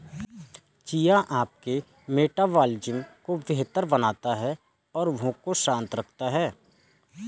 chia आपके metabolism को बेहतर बनाता है और भूख को शांत करता है